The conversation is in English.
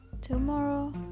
tomorrow